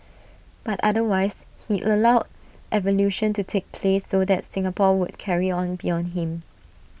but otherwise he allowed evolution to take place so that Singapore would carry on beyond him